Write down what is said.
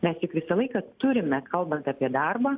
mes juk visą laiką turime kalbant apie darbą